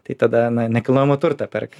tai tada na nekilnojamą turtą perka